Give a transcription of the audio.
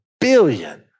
billion